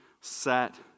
sat